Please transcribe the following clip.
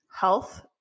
health